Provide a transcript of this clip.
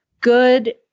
good